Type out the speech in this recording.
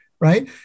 Right